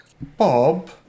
Bob